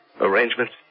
Arrangements